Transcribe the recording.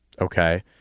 Okay